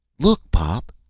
look, pop!